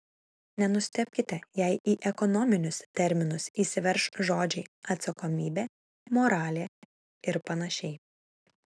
nenustebkite jei į ekonominius terminus įsiverš žodžiai atsakomybė moralė ir panašiai